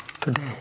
today